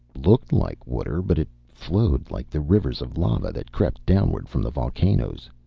looked like water, but it flowed like the rivers of lava that crept downward from the volcanoes.